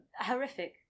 Horrific